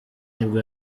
nibwo